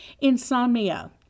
Insomnia